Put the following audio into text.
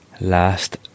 last